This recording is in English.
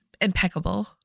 impeccable